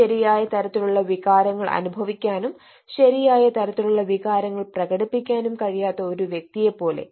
ശരിയായ തരത്തിലുള്ള വികാരങ്ങൾ അനുഭവിക്കാനും ശരിയായ തരത്തിലുള്ള വികാരങ്ങൾ പ്രകടിപ്പിക്കാനും കഴിയാത്ത ഒരു വ്യക്തിയെപ്പോലെ